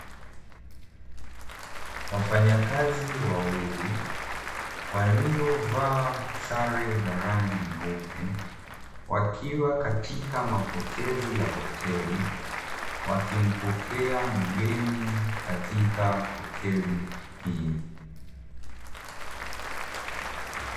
Wafanyakazi wawili waliovaa sare za rangi nyeupe , wakiwa katika mapokezi ya hoteli wakimpokea mgeni katika hoteli hiyo.